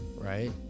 right